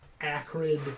acrid